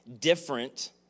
different